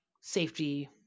safety